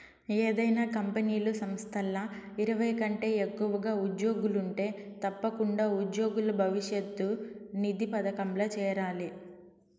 ఏదైనా కంపెనీలు, సంస్థల్ల ఇరవై కంటే ఎక్కువగా ఉజ్జోగులుంటే తప్పకుండా ఉజ్జోగుల భవిష్యతు నిధి పదకంల చేరాలి